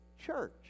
church